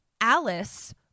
alice